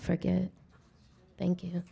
forget thank you